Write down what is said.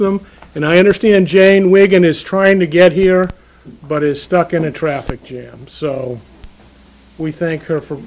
them and i understand jane wigan is trying to get here but it's stuck in a traffic jams we think are f